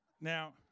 Now